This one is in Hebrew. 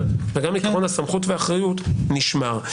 וגם עיקרון הסמכות והאחריות נשמר.